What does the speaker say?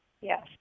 Yes